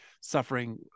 suffering